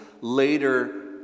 later